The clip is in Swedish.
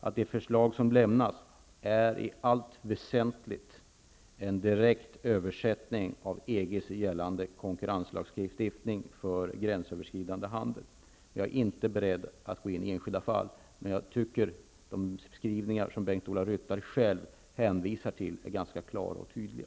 Det förslag som läggs fram är i allt väsentligt en direkt översättning av EG:s gällande konkurrenslagstiftning för gränsöverskridande handel. Jag är inte beredd att diskutera enskilda fall. Men jag tycker att de skrivningar Bengt-Ola Ryttar själv hänvisar till är klara och tydliga.